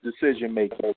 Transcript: decision-making